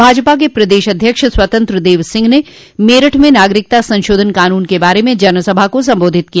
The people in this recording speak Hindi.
भाजपा के प्रदेश अध्यक्ष स्वतंत्र देव सिंह ने मेरठ में नागरिकता संशोधन कानून के बारे में जनसभा को संबोधित किया